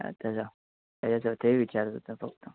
अच्छा अच्छा त्याच्या ते विचारायचं आहे फक्त